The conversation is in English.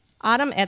Autumn